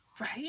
Right